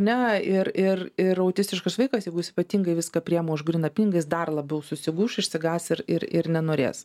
ne ir ir ir autistiškas vaikas jeigu jis ypatingai viską priima už gryną pinigą jis dar labiau susigūš išsigąs ir ir ir nenorės